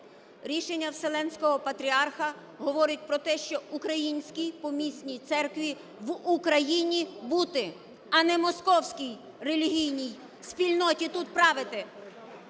Рішення Вселенського Патріарха говорить про те, що українській помісній церкві в Україні бути, а не московській релігійній спільності тут правити.